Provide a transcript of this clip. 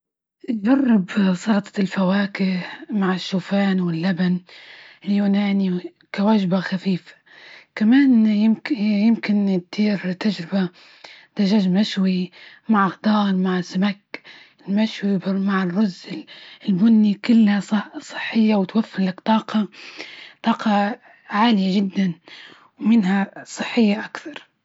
جرب سلطة الفواكه مع الشوفان واللبن اليوناني، كوجبة خفيفة، كمان يمكن- يمكن تديرتجربة دجاج مشوي مع خضار مع سمك المشوي، مع الرز ال- البني كلها صحية، وتوفرلك طاقة- طاقة عالية جدا، ومنها صحية أكثر.